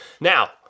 Now